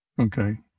Okay